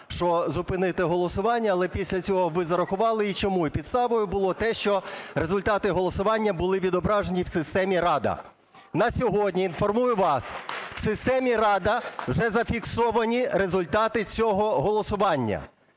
що зупинити голосування, але після цього ви зарахували, і чому: і підставою було те, що результати голосування були відображені в системі "Рада". На сьогодні, інформую вас: в системі "Рада" вже зафіксовані результати цього голосування.